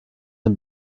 dem